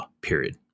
period